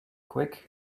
quick